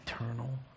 eternal